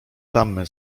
tamy